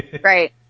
Right